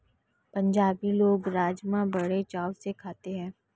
पंजाबी लोग राज़मा बड़े चाव से खाते हैं